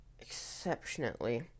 exceptionally